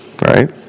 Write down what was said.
right